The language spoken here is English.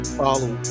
follow